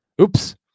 Oops